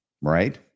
right